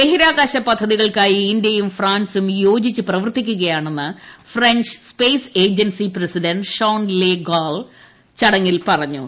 ബഹിരാകാശ പദ്ധതികൾക്കായി ഇന്ത്യയും ഫ്രാൻസും യോജിച്ച് പ്രവർത്തിക്കുകയാണെന്ന് French space agency president Jean Le Gall ചടങ്ങിൽ പറഞ്ഞു